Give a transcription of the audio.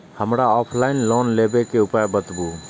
हमरा offline loan लेबे के उपाय बतबु?